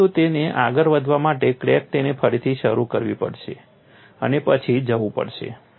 પરંતુ તેને આગળ વધવા માટે ક્રેક તેને ફરીથી શરૂ કરવી પડશે અને પછી જવું પડશે